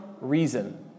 reason